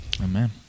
amen